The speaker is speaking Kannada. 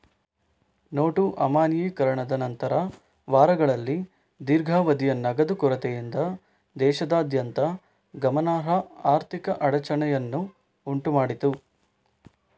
ನೋಟು ಅಮಾನ್ಯೀಕರಣದ ನಂತರದ ವಾರಗಳಲ್ಲಿ ದೀರ್ಘಾವಧಿಯ ನಗದು ಕೊರತೆಯಿಂದ ದೇಶದಾದ್ಯಂತ ಗಮನಾರ್ಹ ಆರ್ಥಿಕ ಅಡಚಣೆಯನ್ನು ಉಂಟು ಮಾಡಿತು